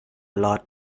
lot